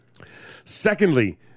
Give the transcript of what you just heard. Secondly